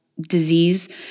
disease